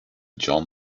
john